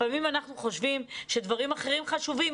לפעמים אנחנו חושבים שדברים אחרים חשובים,